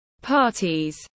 Parties